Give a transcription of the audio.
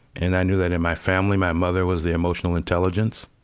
and i knew that, in my family, my mother was the emotional intelligence,